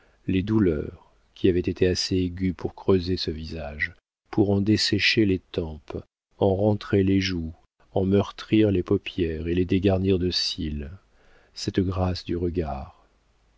les douleurs qui avaient été assez aiguës pour creuser ce visage pour en dessécher les tempes en rentrer les joues en meurtrir les paupières et les dégarnir de cils cette grâce du regard